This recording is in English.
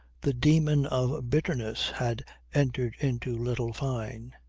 the demon of bitterness had entered into little fyne.